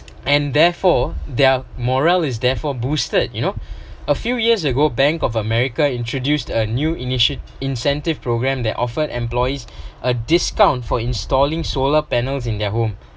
and therefore their morale is therefore boosted you know a few years ago bank of america introduced a new initiate~ incentive program that offered employees a discount for installing solar panels in their home